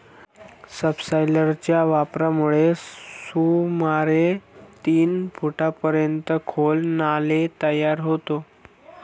सबसॉयलरच्या वापरामुळे सुमारे तीन फुटांपर्यंत खोल नाला तयार होतो